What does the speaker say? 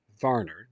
Varner